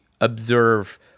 observe